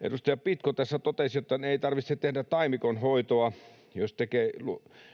Edustaja Pitko tässä totesi, että ei tarvitse tehdä taimikon hoitoa, jos tekee